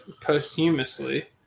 posthumously